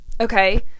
okay